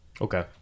Okay